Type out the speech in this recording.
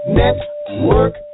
network